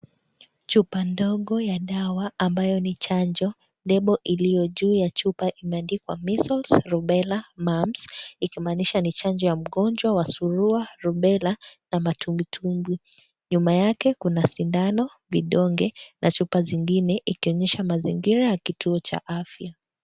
Chupa ndogo ya dawa ambayo ni chanjo, lebo, iliyo juu ya chupa imeandikwa, (cs)missles and rubella mums(cs), ikionyesha ni chanjo ua mgonjwa wa surua, rubella, na matumbitumbwi, nyuma yake kuna sindano, vidonge, na chupa zingine ikionyesha mazingira ya kituo cha afya.